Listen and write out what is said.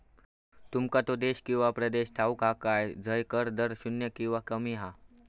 तुमका तो देश किंवा प्रदेश ठाऊक हा काय झय कर दर शून्य किंवा कमी हा?